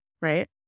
Right